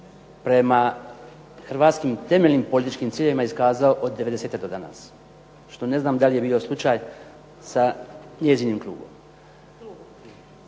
prema hrvatskim temeljnim političkim ciljevima iskazao od '90. do danas, što ne znam da li je bio slučaj sa njezinim klubom.